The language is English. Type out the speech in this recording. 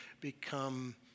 become